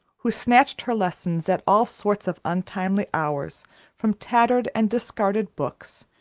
who snatched her lessons at all sorts of untimely hours from tattered and discarded books,